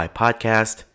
podcast